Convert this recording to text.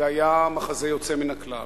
זה היה מחזה יוצא מן הכלל,